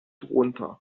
runter